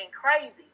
crazy